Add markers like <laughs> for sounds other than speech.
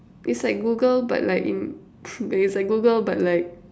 it's like Google but like in <laughs> it's like Google but like